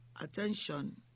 Attention